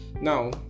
Now